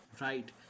Right